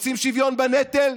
רוצים שוויון בנטל,